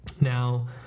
Now